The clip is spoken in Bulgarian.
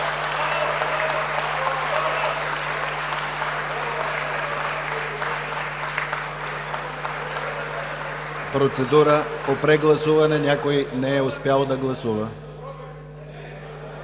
Процедура по прегласуване – някой не е успял да гласува.